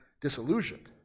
disillusioned